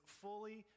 fully